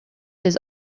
his